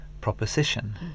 proposition